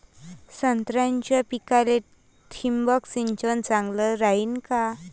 संत्र्याच्या पिकाले थिंबक सिंचन चांगलं रायीन का?